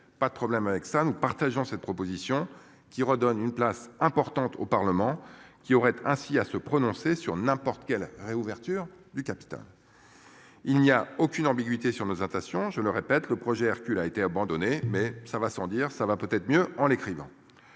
Pas de problème avec ça, nous partageons cette proposition qui redonne une place importante au Parlement, qui aurait ainsi à se prononcer sur n'importe quel réouverture du capital. Il n'y a aucune ambiguïté sur nos intentions, je le répète, le projet Hercule a été abandonnée, mais cela va sans dire, ça va peut-être mieux en l'écrivant.